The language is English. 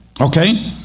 okay